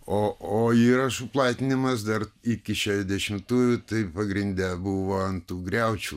o o įrašų platinimas dar iki šešiasdešimtųjų tai pagrinde buvo ant tų griaučių